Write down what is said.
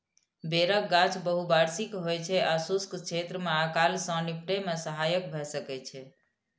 बेरक गाछ बहुवार्षिक होइ छै आ शुष्क क्षेत्र मे अकाल सं निपटै मे सहायक भए सकै छै